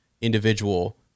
individual